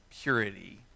purity